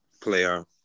player